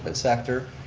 but sector.